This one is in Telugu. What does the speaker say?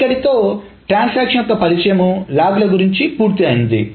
ఇక్కడితో ట్రాన్సాక్షన్ యొక్క పరిచయం లాగ్ ల గురించి పూర్తయింది